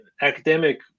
academic